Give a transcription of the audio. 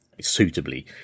suitably